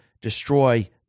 destroy